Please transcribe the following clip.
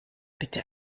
bitte